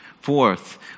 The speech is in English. Fourth